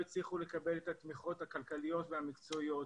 הצליחו לקבל את התמיכות הכלכליות והמקצועיות,